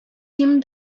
him